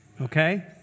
okay